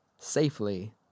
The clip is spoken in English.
safely